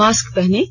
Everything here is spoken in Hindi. मास्क पहनें